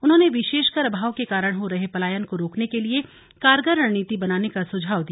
उन्होंने विशेषकर अभाव के कारण हो रहे पलायन को रोकने के लिए कारगर रणनीति बनाने का सुझाव दिया